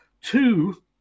two